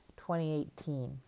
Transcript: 2018